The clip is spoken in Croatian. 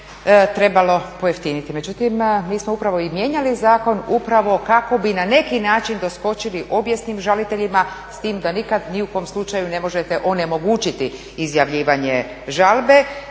trebalo pojeftiniti. Međutim, mi smo upravo i mijenjali zakon upravo kako bi na neki način doskočili obijesnim žaliteljima s tim da nikad ni u kom slučaju ne možete onemogućiti izjavljivanje žalbe